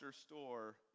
store